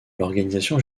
l’organisation